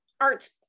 Art's